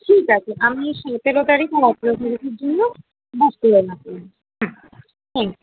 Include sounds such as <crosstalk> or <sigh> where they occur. ঠিক আছে আমি সতেরো তারিখ <unintelligible> জন্য বুক করে রাখলাম হুম থ্যাঙ্ক ইউ